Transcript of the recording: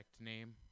name